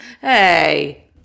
Hey